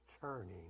turning